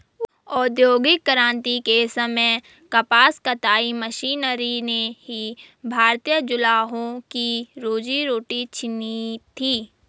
औद्योगिक क्रांति के समय कपास कताई मशीनरी ने ही भारतीय जुलाहों की रोजी रोटी छिनी थी